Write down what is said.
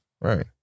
Right